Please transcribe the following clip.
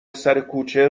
سرکوچه